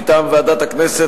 מטעם ועדת הכנסת,